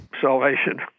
salvation